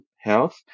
health